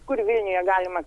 kur vilniuje galima